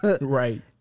Right